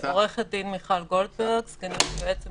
אני סגנית היועץ המשפטי,